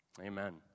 Amen